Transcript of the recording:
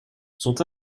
sont